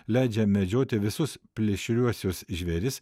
leidžia medžioti visus plėšriuosius žvėris